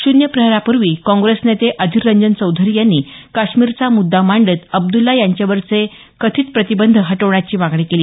शून्य प्रहरापूर्वी काँग्रेस नेते अधीररंजन चौधरी यांनी काश्मीरचा मुद्दा मांडत अब्दुल्ला यांच्यावरचे कथित प्रतिबंध हटवण्याची मागणी केली